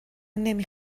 نمی